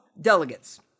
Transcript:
delegates